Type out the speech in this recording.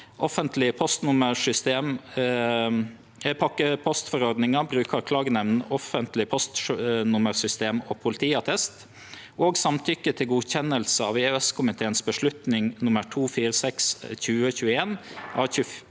i postloven (pakkepostforordningen, brukerklagenemnd, offentlig postnummersystem og politiattest) og samtykke til godkjennelse av EØS-komiteens beslutning nr. 246/2021 av 24.